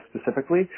specifically